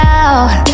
out